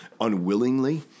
unwillingly